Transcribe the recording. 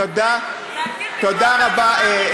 תודה רבה.